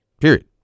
Period